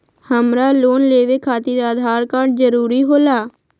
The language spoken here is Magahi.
हमरा लोन लेवे खातिर आधार कार्ड जरूरी होला?